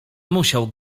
musiał